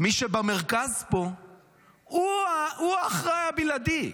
מי שבמרכז פה הוא האחראי הבלעדי.